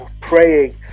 praying